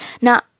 Now